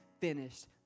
finished